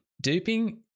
Duping